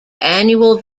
annual